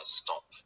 stop